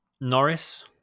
Norris